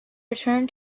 return